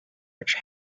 which